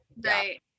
right